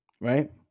Right